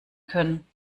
können